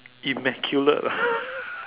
immaculate ah